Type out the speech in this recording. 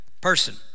person